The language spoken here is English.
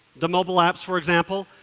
the mobile apps for example,